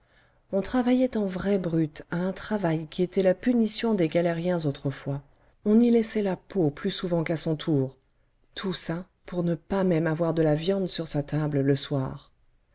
on travaillait en vraies brutes à un travail qui était la punition des galériens autrefois on y laissait la peau plus souvent qu'à son tour tout ça pour ne pas même avoir de la viande sur sa table le soir